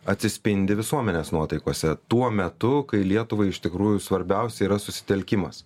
atsispindi visuomenės nuotaikose tuo metu kai lietuvai iš tikrųjų svarbiausia yra susitelkimas